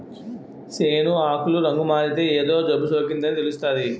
సేను ఆకులు రంగుమారితే ఏదో జబ్బుసోకిందని తెలుస్తాది